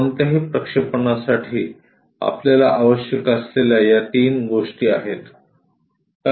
कोणत्याही प्रक्षेपणासाठी आपल्याला आवश्यक असलेल्या या तीन गोष्टी आहेत